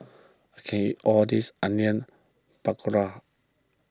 I can't eat all this Onion Pakora